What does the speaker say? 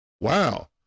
Wow